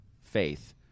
faith